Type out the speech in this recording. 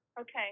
Okay